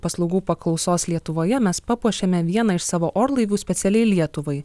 paslaugų paklausos lietuvoje mes papuošėmė vieną iš savo orlaivių specialiai lietuvai